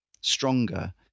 stronger